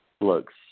looks